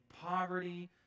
poverty